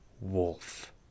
wolf